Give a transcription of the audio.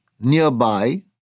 nearby